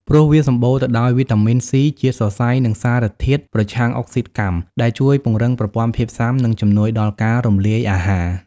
ព្រោះវាសម្បូរទៅដោយវីតាមីន ស៊ី ជាតិសរសៃ និងសារធាតុប្រឆាំងអុកស៊ីតកម្ ដែលជួយពង្រឹងប្រព័ន្ធភាពស៊ាំ និងជំនួយដល់ការរំលាយអាហារ។